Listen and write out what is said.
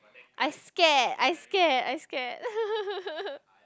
I scared I scared I scared